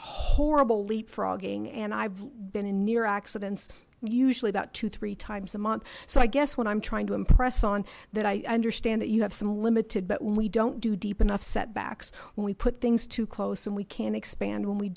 horrible leap frogging and i've been in near accidents usually about two three times a month so i guess what i'm trying to impress on that i understand that you have some limited but we don't do deep enough setbacks when we put things too close and we can't expand when we